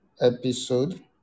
episode